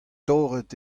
torret